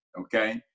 okay